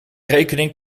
rekening